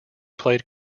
played